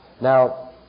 Now